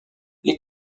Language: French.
les